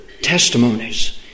testimonies